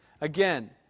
Again